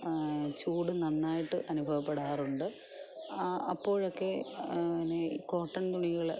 ചൂട് നന്നായിട്ട് അനുഭവപ്പെടാറുണ്ട് അപ്പോഴൊക്കെ പിന്നെ ഈ കോട്ടൻ തുണികൾ